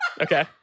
Okay